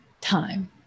time